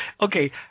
Okay